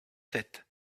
sept